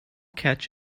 catch